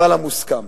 אבל המוסכם.